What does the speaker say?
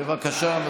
בקריאה הראשונה.